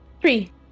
Three